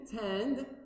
tend